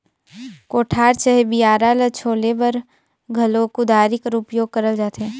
कोठार चहे बियारा ल छोले बर घलो कुदारी कर उपियोग करल जाथे